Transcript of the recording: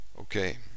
Okay